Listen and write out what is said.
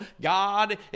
God